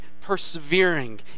persevering